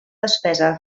despesa